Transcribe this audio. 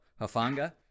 Hafanga